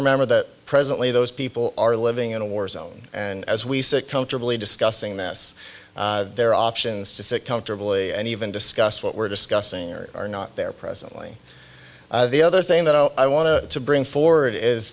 remember that presently those people are living in a war zone and as we sit comfortably discussing this there are options to sit comfortably and even discuss what we're discussing are not there presently the other thing that i want to bring forward is